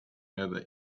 over